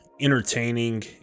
entertaining